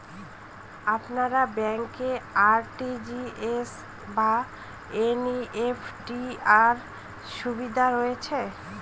আপনার ব্যাংকে আর.টি.জি.এস বা এন.ই.এফ.টি র সুবিধা রয়েছে?